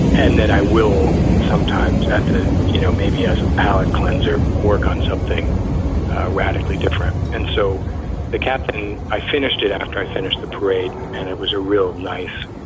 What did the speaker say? and then i will sometimes at the you know, maybe as a palate cleanser, work on something radically different. and so the captain, i finished it after i finished the parade. and it was a real nice